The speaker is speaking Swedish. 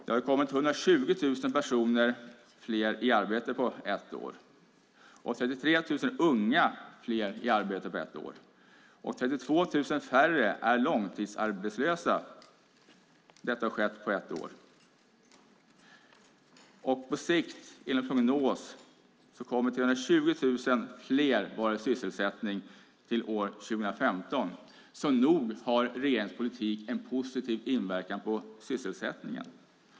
Det har kommit 120 000 personer fler i arbete på ett år och 33 000 unga fler i arbete på ett år, och 32 000 färre är långtidsarbetslösa. Detta har skett på ett år. Och på sikt, enligt en prognos, kommer 320 000 fler att vara i sysselsättning till år 2015. Så nog har regeringens politik en positiv inverkan på sysselsättning.